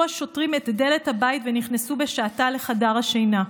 השוטרים של דלת הבית ונכנסו בשעטה לחדר השינה.